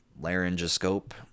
Laryngoscope